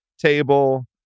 table